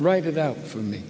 write it out for me